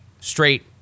straight